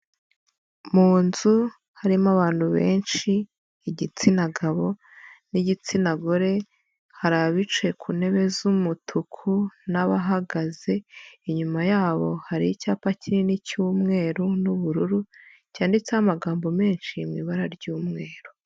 Mu nzu harimo abantu benshi igitsina gabo n'igitsina gore, hari abicaye ku ntebe z'umutuku n'abahagaze, inyuma yabo hari icyapa kinini cy'umweru n'ubururu cyanditseho amagambo menshi mu ibara ry'umweru.